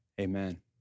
amen